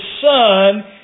Son